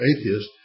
atheist